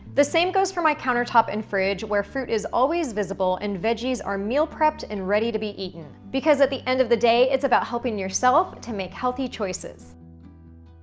the same goes for my countertop and fridge where fruit is always visible, and veggies are meal-prepped and ready to be eaten because at the end of the day, it's about helping yourself to make healthy choices.